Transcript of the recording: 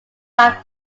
like